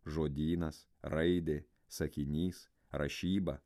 žodynas raidė sakinys rašyba